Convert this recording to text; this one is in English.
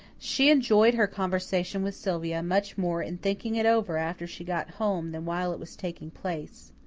she enjoyed her conversation with sylvia much more in thinking it over after she got home than while it was taking place.